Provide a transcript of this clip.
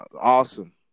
Awesome